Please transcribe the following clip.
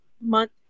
month